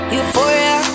Euphoria